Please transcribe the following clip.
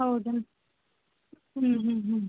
ಹೌದೇನು ಹ್ಞೂ ಹ್ಞೂ ಹ್ಞೂ